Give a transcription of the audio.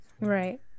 right